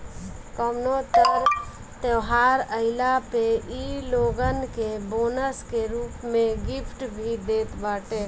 कवनो तर त्यौहार आईला पे इ लोगन के बोनस के रूप में गिफ्ट भी देत बाटे